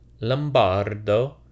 Lombardo